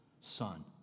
son